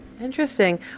Interesting